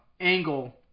angle